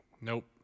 nope